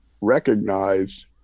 recognize